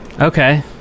okay